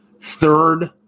third